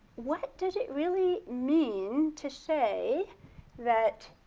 what does it really mean to say that.